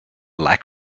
lack